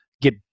get